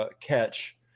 catch